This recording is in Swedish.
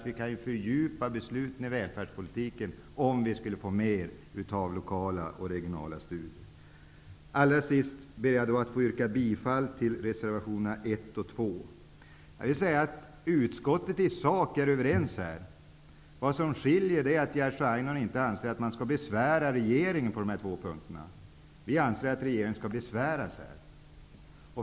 Vi kan fördjupa besluten när det gäller välfärdspolitiken, om vi får mer av lokala och regionala studier Herr talman! Slutligen vill jag yrka bifall till reservationerna 1 och 2. Man är i socialutskottet i sak överens. Det som skiljer i uppfattningarna är att Jerzy Einhorn anser att man inte skall besvära regeringen när det gäller de här två punkterna, medan vi anser att regeringen skall besväras.